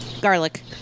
garlic